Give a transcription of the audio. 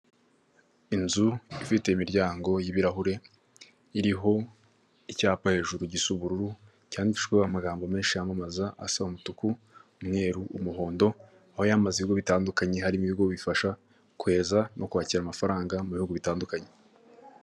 Inzu ifite imiryango y'ibirahure iriho icyapa hejuru gisa ubururu, cyanditweho amagambo menshi yamamaza asa umutuku umweru umuhondo, aho yaamazi ibigo bitandukanye harimo ibigo bifasha kohereza no kwakira amafaranga mu bihugu bitandukanye.